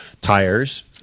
tires